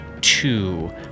two